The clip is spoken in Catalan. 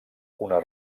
una